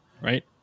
right